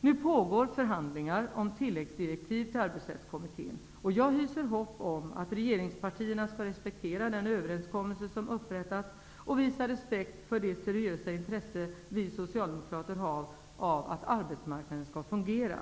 Nu pågår förhandlingar om tilläggsdirektiv till Arbetsrättskommitte n, och jag hyser hopp om att regeringspartierna skall respektera den överenskommelse som upprättats och visa respekt för det seriösa intresse som vi socialdemokrater har av att arbetsmarknaden skall fungera.